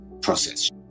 process